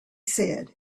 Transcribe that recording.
said